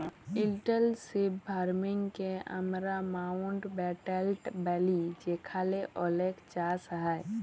intensive farming কে আমরা মাউল্টব্যাটেল ব্যলি যেখালে অলেক চাষ হ্যয়